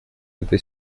эта